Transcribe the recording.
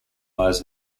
lives